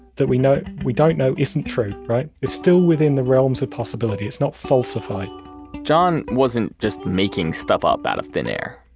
that we know we don't know isn't true. it's still within the realms of possibility, it's not falsified john wasn't just making stuff up out of thin air.